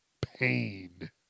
pain